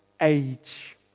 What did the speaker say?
age